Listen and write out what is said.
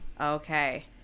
Okay